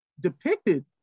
depicted